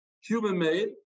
human-made